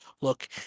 look